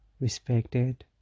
respected